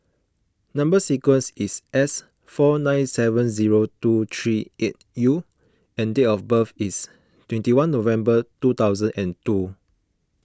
Number Sequence is S four nine seven zero two three eight U and date of birth is twenty one November two thousand and two